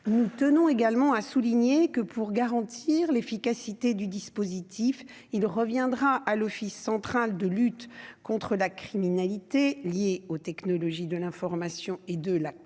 nous tenons également à souligner que pour garantir l'efficacité du dispositif, il reviendra à l'Office central de lutte contre la criminalité liée aux technologies de l'information et de la communication